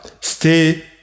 Stay